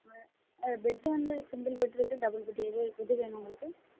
ஆ அது பெட்டு வந்து single bed இருக்குது டபுள் பெட்டு எது எது வேணும் உங்களுக்கு